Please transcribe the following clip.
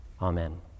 Amen